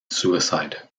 suicide